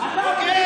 אבל עם כל זאת,